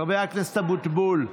חבר הכנסת אבוטבול,